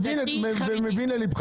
הצום ומבין לליבך.